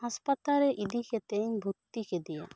ᱦᱟᱥᱯᱟᱛᱟᱞ ᱨᱮ ᱤᱫᱤ ᱠᱟᱛᱮ ᱤᱧ ᱵᱷᱩᱨᱛᱤ ᱠᱮᱫᱮᱭᱟ